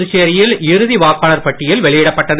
புதுச்சேரியில் இறுதி வாக்காளர் பட்டியல் வெளியிடப்பட்டது